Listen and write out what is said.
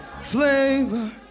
flavor